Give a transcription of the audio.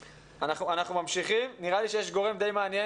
אנחנו ממשיכים, נראה לי שיש גורם די מעניין